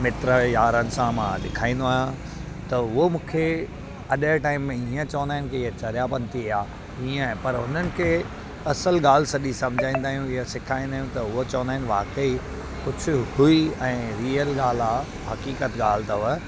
मित्र यारनि सां मां ॾेखारींदो आहियां त उहो मूंखे अॼु जे टाइम में हीअं चवंदा आहिनि की चरिया पंती आहे इअं आहे पर उन्हनि खे असल ॻाल्हि सॼी समुझाईंदा आहियूं या सेखारींदा आहियूं त उहा चवंदा आहिनि वाकई कुझु हुई ऐं रियल ॻाल्हि आहे हक़ीक़त ॻाल्हि अथव